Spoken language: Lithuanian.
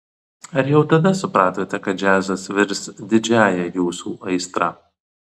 ar jau tada supratote kad džiazas virs didžiąja jūsų aistra